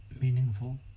meaningful